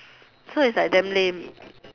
so it's like damn lame